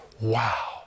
Wow